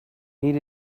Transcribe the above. need